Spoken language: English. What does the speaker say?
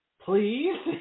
Please